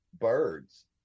birds